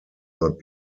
not